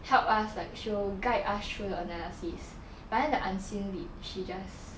help us like show guide us through analysis but then the unseen lit she just